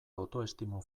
autoestimu